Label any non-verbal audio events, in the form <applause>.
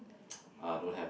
<noise> uh don't have ah